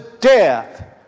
death